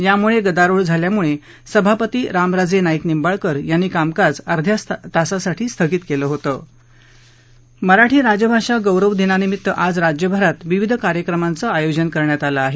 यामुळे गदारोळ झाल्यामुळे सभापती रामराजे नाईक निंबाळकर यांनी कामकाज अध्या तासासाठी स्थगित केलं होतं मराठी राजभाषा गौरव दिनानिमित्त आज राज्यभरात विविध कार्यक्रमांचं आयोजन करण्यात आलं आहे